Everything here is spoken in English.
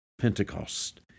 Pentecost